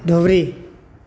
Dhubri